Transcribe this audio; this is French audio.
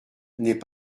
n’est